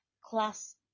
class